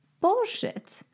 bullshit